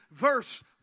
verse